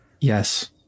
yes